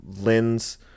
lens